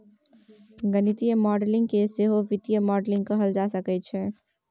गणितीय मॉडलिंग केँ सहो वित्तीय मॉडलिंग कहल जा सकैत छै